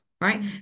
right